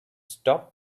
stop